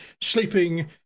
sleeping